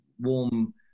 warm